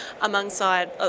alongside